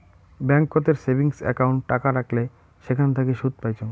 ব্যাংকোতের savings account টাকা রাখলে সেখান থাকি সুদ পাইচুঙ